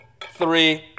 three